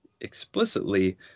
explicitly